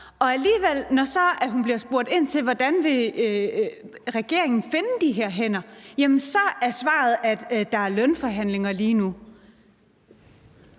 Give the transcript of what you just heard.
så alligevel bliver spurgt ind til, hvordan regeringen vil finde de her hænder, er svaret, at der er lønforhandlinger lige nu.